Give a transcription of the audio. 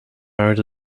married